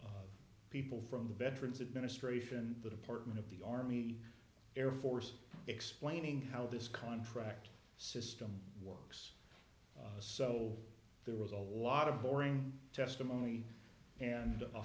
people from the veterans administration the department of the army air force explaining how this contract system worked so there was a lot of boring testimony and a